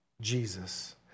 Jesus